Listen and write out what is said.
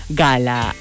gala